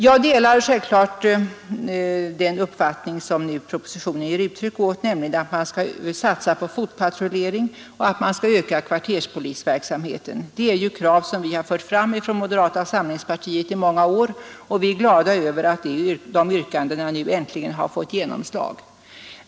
Jag delar självfallet den uppfattning som uttrycks i propositionen, nämligen att man skall satsa på fotpatrullering och öka kvarterspolisverksamheten. Det är krav som vi har fört fram från moderata samlingspartiet i många år, och vi är glada över att de yrkandena nu äntligen vunnit gehör.